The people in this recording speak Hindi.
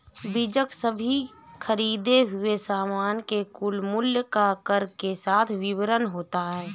बीजक सभी खरीदें हुए सामान के कुल मूल्य का कर के साथ विवरण होता है